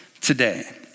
today